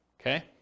okay